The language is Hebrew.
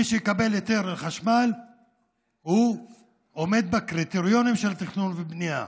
מי שיקבל היתר לחשמל עומד בקריטריונים של תכנון ובנייה.